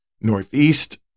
northeast